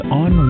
on